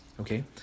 okay